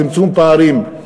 צמצום פערים,